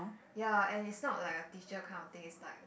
ya and it's not like a teacher kind of thing it's like